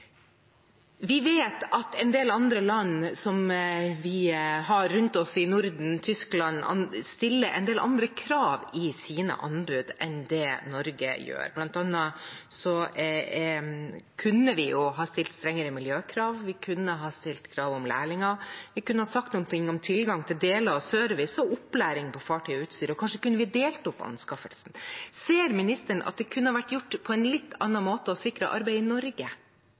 Vi vet at en del andre land som vi har rundt oss i Norden – Tyskland – stiller en del andre krav i sine anbud enn det Norge gjør. Blant annet kunne vi ha stilt strengere miljøkrav, vi kunne ha stilt krav om lærlinger, vi kunne ha sagt noe om tilgang til deler av service og opplæring på fartøy og utstyr, og kanskje kunne vi delt opp anskaffelsene. Ser statsråden at det kunne ha vært gjort på en litt annen måte og sikret arbeid i Norge?